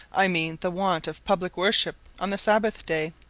i mean the want of public worship on the sabbath-day,